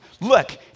Look